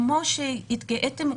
כמו שהתגאיתם,